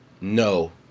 no